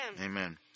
Amen